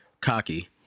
Cocky